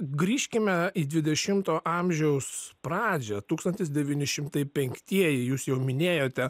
grįžkime į dvidešimto amžiaus pradžią tūkstantis devyni šimtai penktieji jūs jau minėjote